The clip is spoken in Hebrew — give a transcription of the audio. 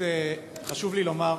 חשוב לי לומר,